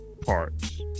parts